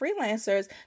freelancers